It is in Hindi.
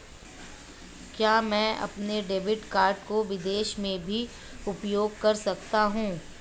क्या मैं अपने डेबिट कार्ड को विदेश में भी उपयोग कर सकता हूं?